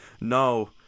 No